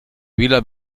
vila